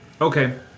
Okay